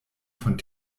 von